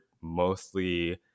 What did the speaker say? mostly